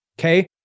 okay